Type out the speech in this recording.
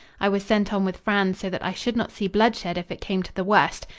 i was sent on with franz so that i should not see bloodshed if it came to the worst.